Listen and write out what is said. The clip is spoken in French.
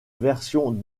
version